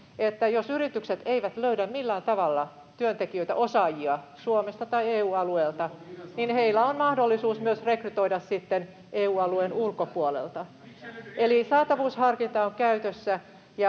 että jos yritykset eivät löydä millään tavalla työntekijöitä, osaajia Suomesta tai EU-alueelta, niin heillä on mahdollisuus myös rekrytoida EU-alueen ulkopuolelta. Eli saatavuusharkinta on käytössä,